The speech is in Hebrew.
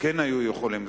היו יכולים.